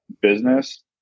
business